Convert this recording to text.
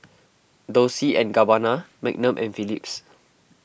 Dolce and Gabbana Magnum and Philips